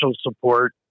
support